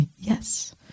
Yes